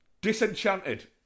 Disenchanted